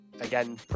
again